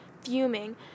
fuming